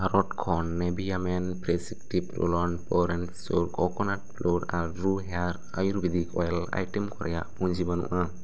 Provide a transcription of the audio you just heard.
carrot ᱠᱷᱚᱱ ᱱᱮᱵᱷᱤᱭᱟ ᱢᱮᱱ ᱯᱷᱨᱮᱥ ᱮᱠᱴᱤᱵᱷ ᱨᱳᱞ ᱳᱱ ᱯᱚᱨ ᱮᱱᱥ ᱥᱳᱨᱥ ᱠᱳᱠᱳᱱᱟᱴ ᱯᱷᱳᱞᱳᱨ ᱟᱨ true hair Ayurvedic oil item ᱠᱚ ᱨᱮᱭᱟᱜ ᱯᱩᱸᱡᱤ ᱵᱟᱱᱩᱜᱼᱟ